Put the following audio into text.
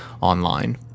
online